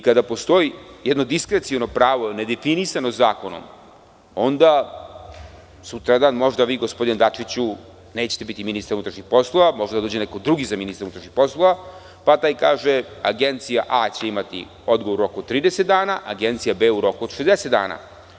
Kada postoji jedno diskreciono pravo nedefinisano zakonom, onda sutradan možda vi, gospodine Dačiću, nećete biti ministar unutrašnjih poslova, može da dođe neko drugi za ministra unutrašnjih poslova, pa taj kaže – agencija A će imati odgovor u roku od 30 dana, agencija B u roku od 60 dana.